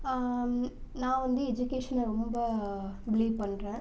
நான் வந்து எஜுகேஷனை ரொம்ப பிலீவ் பண்ணுறேன்